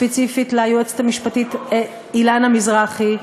וספציפית ליועצת המשפטית אילנה מזרחי,